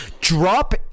drop